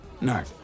No